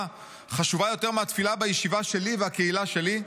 חשובה יותר מהתפילה בישיבה שלי והקהילה שלי?